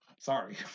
Sorry